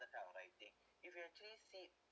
type of writing if you actually said